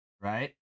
right